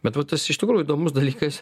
bet vat tas iš tikrųjų įdomus dalykas